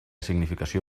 significació